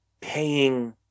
paying